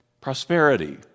prosperity